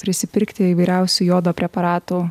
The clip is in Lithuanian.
prisipirkti įvairiausių jodo preparatų